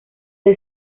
del